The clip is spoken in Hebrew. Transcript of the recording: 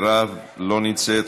לא נמצאת,